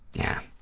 yeah.